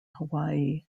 hawaii